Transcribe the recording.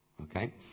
okay